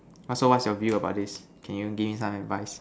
also what's your view about this can you give me some advice